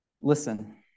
Listen